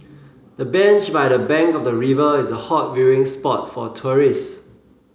the bench by the bank of the river is a hot viewing spot for tourists